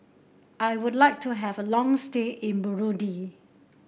I would like to have a long stay in Burundi